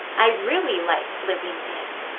i really like living in